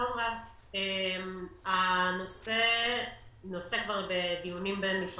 הנושא של תקצוב חופי הים הוא לא נושא חדש בין המשרדים.